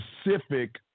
specific